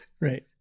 Right